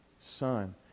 Son